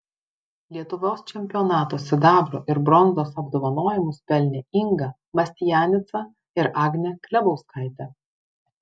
lietuvos čempionato sidabro ir bronzos apdovanojimus pelnė inga mastianica ir agnė klebauskaitė